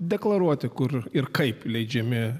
deklaruoti kur ir kaip leidžiami